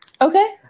Okay